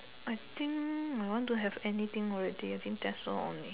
I think my one don't have anything already I think that's all only